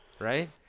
Right